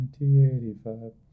1985